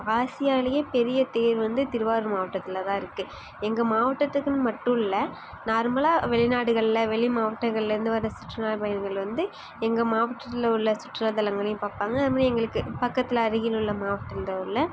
ஆசியாலயே பெரிய தேர் வந்து திருவாரூர் மாவட்டத்தில் தான் இருக்குடது எங்கள் மாவட்டத்துக்கு மட்டுமில்லை நார்மலாக வெளி நாடுகளில் வெளி மாவட்டத்துலேருந்து வர சுற்றுலா பயணிகள் வந்து எங்கள் மாவட்டத்தில் உள்ள சுற்றுலா தளங்களையும் பார்ப்பாங்க அதேமாதிரி எங்களுக்கு பக்கத்தில் உள்ள அருகில் உள்ள மாவட்டத்தில் உள்ள